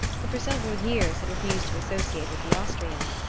who for several years had refused to associate with the austrians,